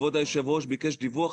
כבוד היו"ר ביקש דיווח,